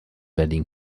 berlin